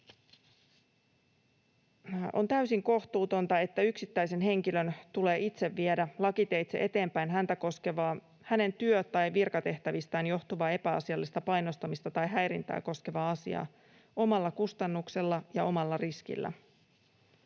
On täysin kohtuutonta, että yksittäisen henkilön tulee itse viedä lakiteitse eteenpäin häntä koskevaa, hänen työ- tai virkatehtävistään johtuvaa epäasiallista painostamista tai häirintää koskevaa asiaa omalla kustannuksellaan ja omalla riskillään.